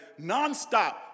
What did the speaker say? nonstop